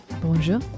Bonjour